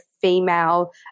female